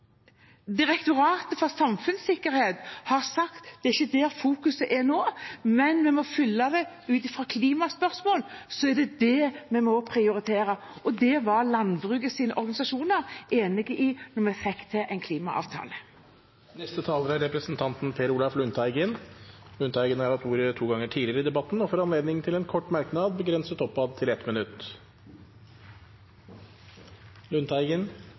Direktoratet for samfunnssikkerhet og beredskap har sagt at det ikke er der fokuset er nå, men at vi må følge det ut fra klimaspørsmålet, er det det vi må prioritere. Og det var landbrukets organisasjoner enig i, slik at vi fikk til en klimaavtale. Representanten Per Olaf Lundteigen har hatt ordet to ganger før i debatten og får ordet til en kort merknad, begrenset til 1 minutt.